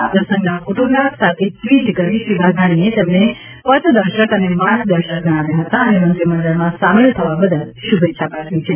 આ પ્રસંગના ફોટોગ્રાફ સાથે ટ્વીટ કરી શ્રી વાઘાણીએ તેમને પથદર્શક અને માર્ગદર્શક ગણાવ્યા હતા અને મંત્રીમંડળમાં સામેલ થવા બદલ શૂભેચ્છા પાઠવી છે